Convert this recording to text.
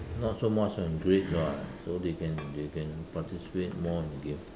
not so much on grades what so they can they can participate more in game